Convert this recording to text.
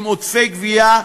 עם עודפי גבייה,